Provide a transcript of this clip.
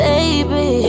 Baby